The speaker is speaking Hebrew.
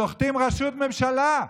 הן סוחטות ראשות ממשלה,